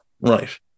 Right